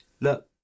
look